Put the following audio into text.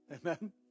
amen